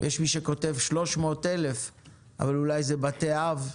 ויש מי שכותב 300,000, אבל אולי זה בתי אב.